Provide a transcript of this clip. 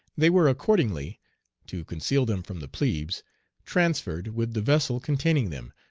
they were accordingly to conceal them from the plebes transferred, with the vessel containing them,